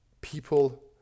people